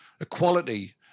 Equality